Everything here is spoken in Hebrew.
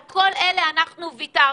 על כל אלה אנחנו ויתרנו,